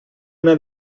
una